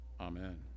Amen